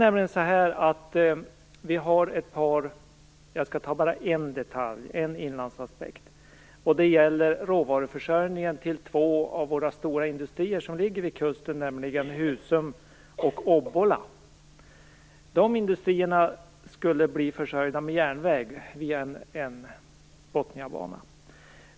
Jag skall bara ta upp en detalj, en inlandsaspekt, och det gäller råvaruförsörjningen till två av våra stora industrier som ligger vid kusten, nämligen Husum och Obbola. De industrierna skulle bli försörjda med järnväg via en Botniabana.